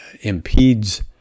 impedes